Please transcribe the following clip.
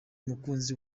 umukunzi